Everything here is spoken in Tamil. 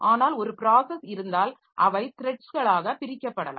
ஆனால் ஒரு ப்ராஸஸ் இருந்தால் அவை த்ரட்ஸ்களாக பிரிக்கப்படலாம்